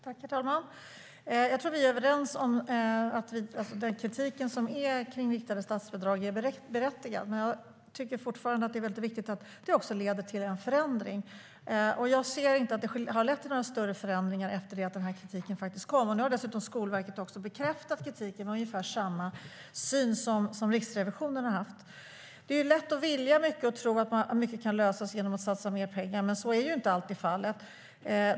Herr talman! Jag tror att vi är överens om att den kritik som finns kring riktade statsbidrag är berättigad. Jag tycker dock fortfarande att det är väldigt viktigt att det leder till en förändring, och jag ser inte att det har lett till några större förändringar efter att kritiken kom. Nu har Skolverket dessutom bekräftat kritiken och har ungefär samma syn som Riksrevisionen. Det är lätt att vilja mycket och tro att mycket kan lösas genom att man satsar mer pengar, men så är ju inte alltid fallet.